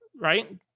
right